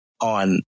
on